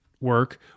work